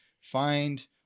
find